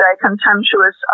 contemptuous